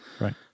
Right